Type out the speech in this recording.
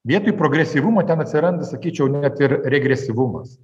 vietoj progresyvumo ten atsiranda sakyčiau net ir regresyvumas